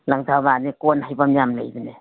ꯂꯪꯊꯕꯥꯜꯁꯦ ꯀꯣꯟ ꯍꯩꯐꯝ ꯌꯥꯝ ꯂꯩꯕꯅꯦ